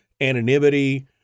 anonymity